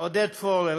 עודד פורר,